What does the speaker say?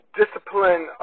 discipline